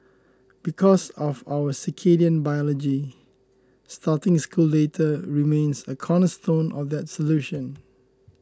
because of our circadian biology starting school later remains a cornerstone of that solution